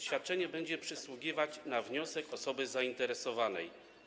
Świadczenie będzie przysługiwać na wniosek osoby zainteresowanej.